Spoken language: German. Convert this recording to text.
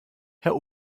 herr